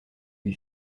lui